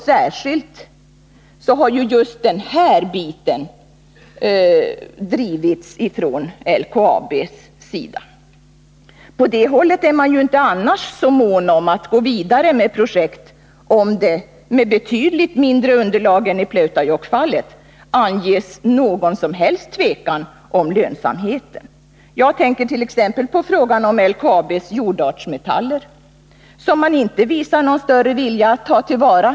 Särskilt har just den här biten drivits från LKAB:s sida. På det hållet är man annars inte så mån om att gå vidare med projekt om det, även med betydligt mindre underlag än i Pleutajokkfallet, anges någon som helst tvekan beträffande lönsamheten. Jag tänker t.ex. på frågan om LKAB:s jordartsmetaller, som man inte ta till vara.